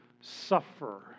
suffer